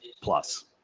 plus